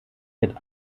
wird